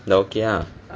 dah okay ah